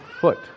foot